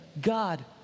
God